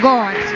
God